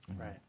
Right